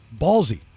Ballsy